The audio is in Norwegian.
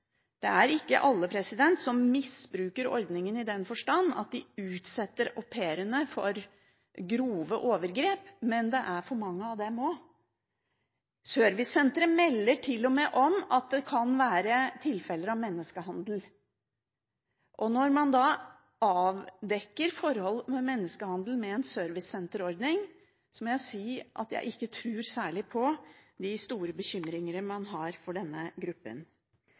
Det er ikke alle som misbruker ordningen i den forstand at de utsetter au pairene for grove overgrep, men det er for mange av dem også. Servicesenteret melder til og med om at det kan være tilfeller av menneskehandel. Og når man med en servicesenterordning avdekker forhold med menneskehandel, må jeg si at jeg ikke tror særlig på de store bekymringene man har for denne gruppen.